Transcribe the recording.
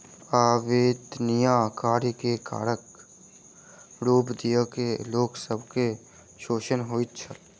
अवेत्निया कार्य के करक रूप दय के लोक सब के शोषण होइत छल